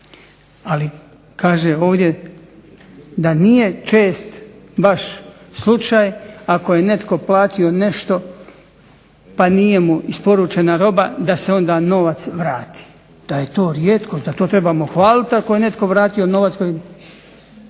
Ali, kaže ovdje da nije čest baš slučaj ako je netko platio nešto pa nije mu isporučena roba da se onda novac vrati. Da je to rijetkost, da to trebamo hvaliti ako je netko vratio novac